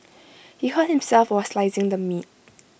he hurt himself while slicing the meat